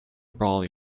brolly